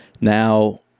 Now